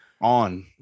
On